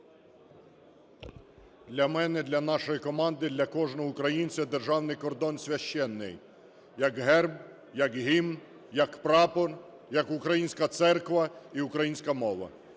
Для мене, для нашої команди, для кожного українця державний кордон священний, як Герб, як Гімн, як Прапор, як українська церква і українська мова.